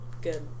Good